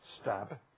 stab